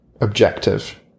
objective